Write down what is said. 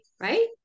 right